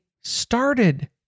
started